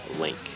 link